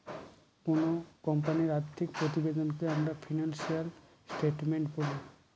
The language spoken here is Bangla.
কোনো কোম্পানির আর্থিক প্রতিবেদনকে আমরা ফিনান্সিয়াল স্টেটমেন্ট বলি